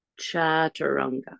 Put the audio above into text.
Chaturanga